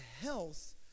health